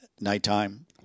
nighttime